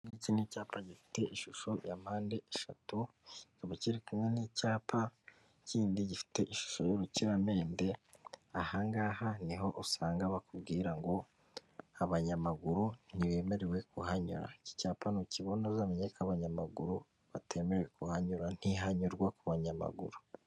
Ndetse n'icyapa gifite ishusho ya mpande eshatu kikaba kiri kumwe n'icyapa kindi gifite ishusho y'urukiramende, ahangaha niho usanga bakubwira ngo abanyamaguru ntibemerewe kuhanyanyura. Iki cyapa nukibona uzamenye ko abanyamaguru batemerewe kuhanyura, ntihanyurwa kubanyamaguru.